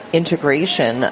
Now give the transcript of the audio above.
integration